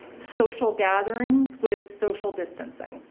social gatherings with social distancing.